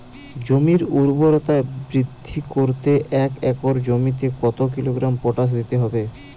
জমির ঊর্বরতা বৃদ্ধি করতে এক একর জমিতে কত কিলোগ্রাম পটাশ দিতে হবে?